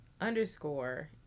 underscore